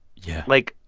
yeah like.